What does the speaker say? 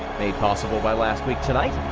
made possible by last week tonight.